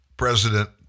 President